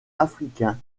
africain